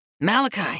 Malachi